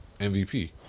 MVP